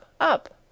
up